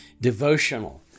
devotional